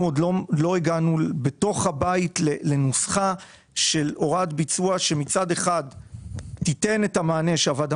עוד לא הגענו לנוסחה של הוראת ביצוע שמצד אחד תיתן את המענה שהוועדה